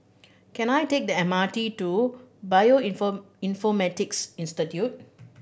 can I take the M R T to Bioinfor informatics Institute